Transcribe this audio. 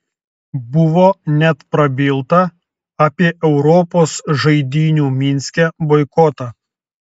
buvo net prabilta apie europos žaidynių minske boikotą